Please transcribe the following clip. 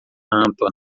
rampa